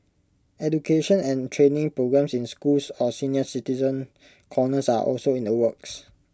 education and training programmes in schools or senior citizen corners are also in the works